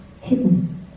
hidden